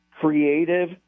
creative